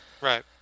Right